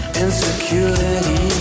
insecurity